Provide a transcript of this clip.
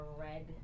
red